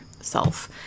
self